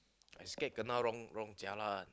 I scared kena wrong wrong jialat